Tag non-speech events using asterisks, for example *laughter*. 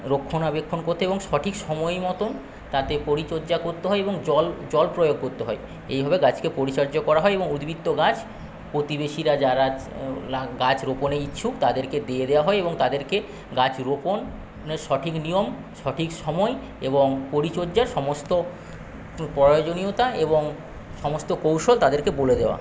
রক্ষণাবেক্ষণ করতে হয় এবং সঠিক সময় মতন তাতে পরিচর্যা করতে হয় এবং জল জল প্রয়োগ করতে হয় এইভাবে গাছকে পরিচর্যা করা হয় এবং উদ্বৃত্ত গাছ প্রতিবেশীরা যারা *unintelligible* গাছ রোপণে ইচ্ছুক তাদেরকে দিয়ে দেওয়া হয় এবং তাদেরকে গাছ রোপণের সঠিক নিয়ম সঠিক সময় এবং পরিচর্যা সমস্ত প্রয়োজনীয়তা এবং সমস্ত কৌশল তাদেরকে বলে দেওয়া